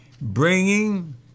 bringing